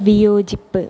വിയോജിപ്പ്